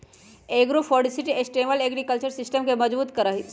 agroforestry sustainable agriculture system के मजबूत करा हई